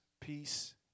peace